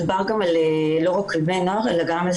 מדובר לא רק על בני נוער אלא גם על